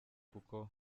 kuko